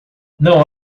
não